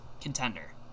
contender